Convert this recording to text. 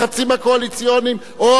אפילו לא קואליציוניים.